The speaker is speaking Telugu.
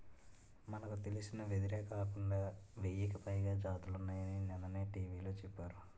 మనకు తెలిసిన వెదురే కాకుండా వెయ్యికి పైగా జాతులున్నాయని నిన్ననే టీ.వి లో చెప్పారు